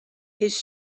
his